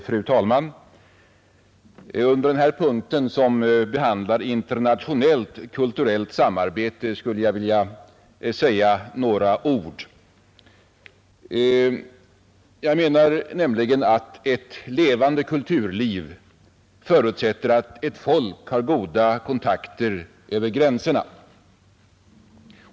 Fru talman! Under denna punkt, som behandlar internationellt— kulturellt samarbete, skulle jag vilja säga några ord. Jag anser nämligen att ett levande kulturliv förutsätter att ett folk har goda kontakter över gränserna.